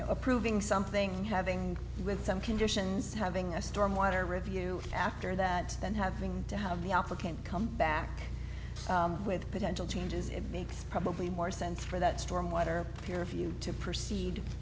know approving something having with some conditions having a stormwater review after that then having to have the alpha can't come back with potential changes it makes probably more sense for that stormwater here for you to proceed